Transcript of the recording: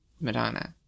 Madonna